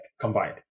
combined